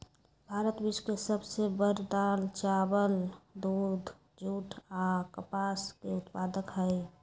भारत विश्व के सब से बड़ दाल, चावल, दूध, जुट आ कपास के उत्पादक हई